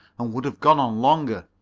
and would have gone on longer.